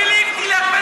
חיליק, תלך בדרכו.